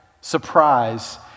surprise